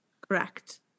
Correct